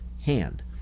hand